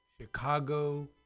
Chicago